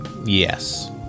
Yes